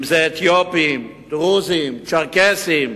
אם זה אתיופים, דרוזים, צ'רקסים,